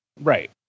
Right